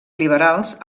liberals